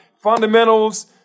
Fundamentals